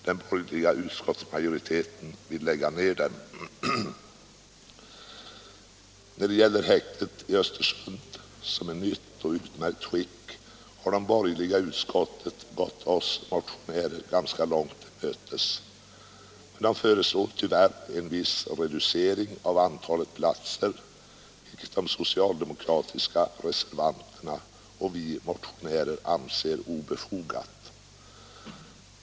Den borgerliga utskottsmajoriteten vill lägga ned den. När det gäller häktet i Östersund, som är nytt och i utmärkt skick, har de borgerliga ledamöterna av utskottet gått oss motionärer ganska långt till mötes. Men de föreslår tyvärr en viss reducering av antalet platser, vilken de socialdemokratiska reservanterna och vi motionärer anser obefogad.